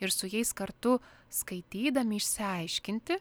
ir su jais kartu skaitydami išsiaiškinti